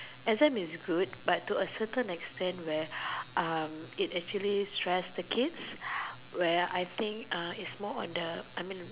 exam is good but to a certain that extent it actually stress the kids where I think